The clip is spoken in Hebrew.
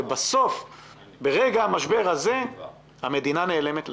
ובסוף ברגע המשבר הזה המדינה נעלמת להם,